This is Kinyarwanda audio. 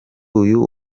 uyu